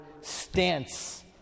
stance